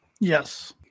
Yes